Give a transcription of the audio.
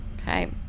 okay